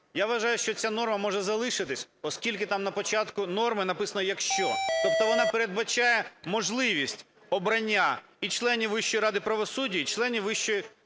Я вважаю, що ця норма може залишитися, оскільки там на початку норми написано "якщо". Тобто вона передбачає можливість обрання і членів Вищої ради правосуддя, і членів Вищої